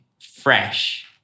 fresh